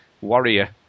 warrior